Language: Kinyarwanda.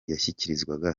yashyikirizwaga